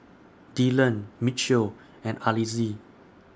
Dillan Mitchel and Alize